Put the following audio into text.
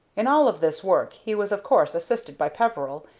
in all of this work he was of course assisted by peveril,